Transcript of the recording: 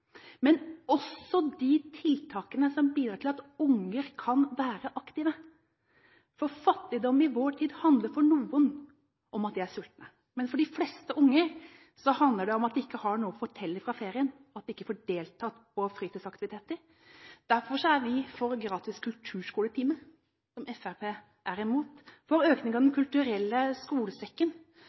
men også de tiltakene som bidrar til at unger kan være aktive. For fattigdom i vår tid handler for noen om at de er sultne, men for de fleste unger handler det om at de ikke har noe å fortelle fra ferien, at de ikke får deltatt på fritidsaktiviteter. Derfor er vi for gratis kulturskoletimer, som Fremskrittspartiet er imot, for økning av Den kulturelle skolesekken,